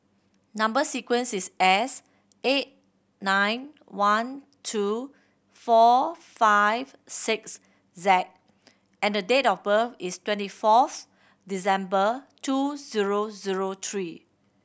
number sequence is S eight nine one two four five six Z and the date of birth is twenty fourth December two zero zero three